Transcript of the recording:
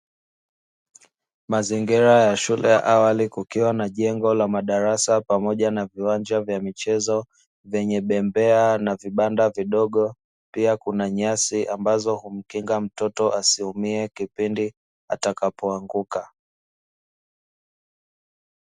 Mazingira ya shule ya awali, kukiwa na jengo la madarasa pamoja na viwanja vya michezo vyenye bembea na vibanda vidogo, pia kuna nyasi ambazo humkinga mtoto asiumie kipindi atakapoanguka.